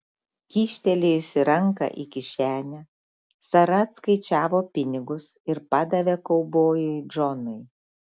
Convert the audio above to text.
kyštelėjusi ranką į kišenę sara atskaičiavo pinigus ir padavė kaubojui džonui